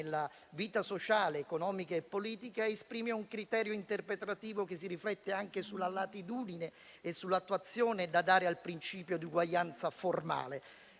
nella vita sociale, economica e politica - esprime un criterio interpretativo che si riflette anche sulla latitudine e sull'attuazione da dare al principio di uguaglianza "formale",